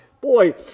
Boy